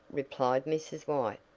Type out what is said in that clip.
replied mrs. white,